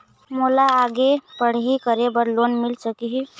मोला आगे पढ़ई करे बर लोन मिल सकही?